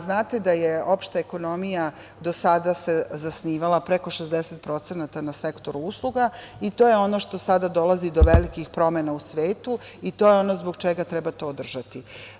Znate da se opšta ekonomija do sada zasnivala preko 60% na sektoru usluga i to je ono što sada dolazi do velikih promena u svetu, to je ono zbog čega treba to održati.